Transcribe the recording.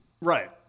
right